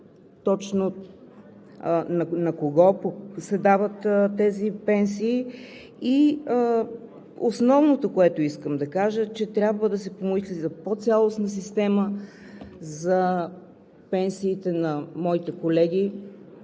точно на кого се дават тези пенсии. Основното, което искам да кажа, че трябва да се помисли за по-цялостна система за пенсиите на моите колеги